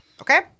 Okay